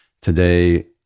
Today